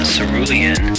Cerulean